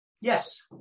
Yes